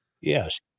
Yes